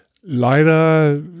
Leider